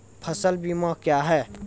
फसल बीमा क्या हैं?